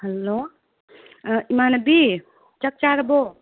hello ꯑꯥ ꯏꯃꯥꯟꯅꯕꯤ ꯆꯥꯛ ꯆꯥꯔꯕꯣ